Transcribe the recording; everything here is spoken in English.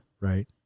right